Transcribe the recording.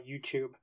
YouTube